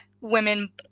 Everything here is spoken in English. women